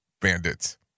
Bandits